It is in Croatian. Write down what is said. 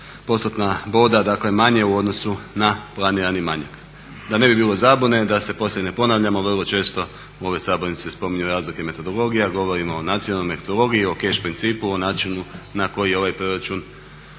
za 0,9% boda manje u odnosu na planirani manjak. Da ne bi bilo zabune da se poslije ne ponavljamo vrlo često u ovoj sabornici se spominju razlike metodologija, govorimo o nacionalnoj metodologiji o keš principu o načinu na koji ovaj proračun